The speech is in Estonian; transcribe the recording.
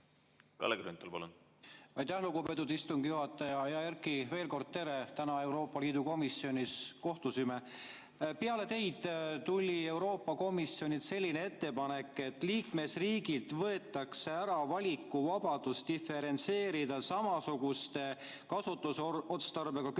Kalle Grünthal, palun! Aitäh, lugupeetud istungi juhataja! Hea Erki, veel kord tere! Täna Euroopa Liidu komisjonis kohtusime. Peale teid tuli Euroopa Komisjonilt selline ettepanek, et liikmesriigilt võetakse ära valikuvabadus diferentseerida samasuguse kasutusotstarbega kütuste